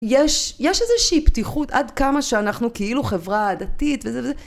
יש איזושהי פתיחות עד כמה שאנחנו כאילו חברה עדתית וזה וזה.